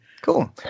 cool